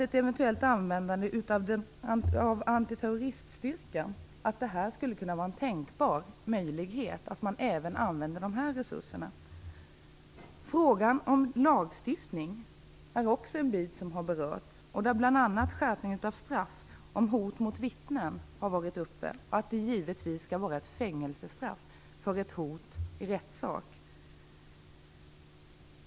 Ett eventuellt användande av sådana resurser som anti-terroriststyrkan skulle också kunna vara en tänkbar möjlighet. Frågan om lagstiftning har också berörts. Bl.a. har frågan om en skärpning av straffen för hot mot vittnen varit uppe. Det skall givetvis vara fängelse för hot i rättssak.